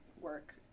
work